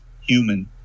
human